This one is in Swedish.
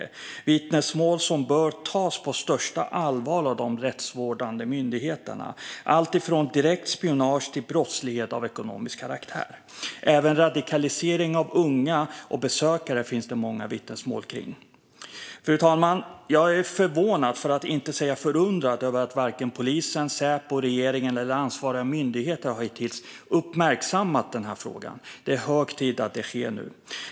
Det är vittnesmål som bör tas på största allvar av de rättsvårdande myndigheterna. Det rör sig om alltifrån direkt spionage till brottslighet av ekonomisk karaktär. Även radikalisering av unga och besökare finns det många vittnesmål om. Fru talman! Jag är förvånad för att inte säga förundrad över att varken polisen, Säpo, regeringen eller ansvariga myndigheter hittills har uppmärksammat den här frågan. Det är hög tid att det sker nu.